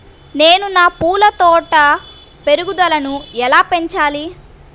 నేను నా పూల తోట పెరుగుదలను ఎలా పెంచాలి?